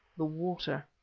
the water.